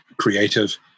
creative